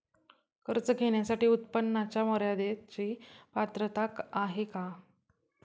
कर्ज घेण्यासाठी उत्पन्नाच्या मर्यदेची पात्रता आहे का?